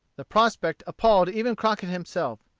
the prospect appalled even crockett himself.